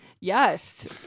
Yes